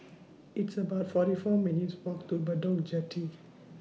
It's about forty four minutes' Walk to Bedok Jetty